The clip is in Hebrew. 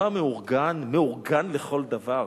צבא מאורגן, מאורגן לכל דבר.